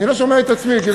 אני לא שומע את